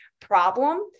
problem